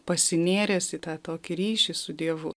pasinėręs į tą tokį ryšį su dievu